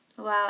Wow